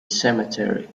cemetery